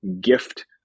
gift